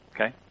Okay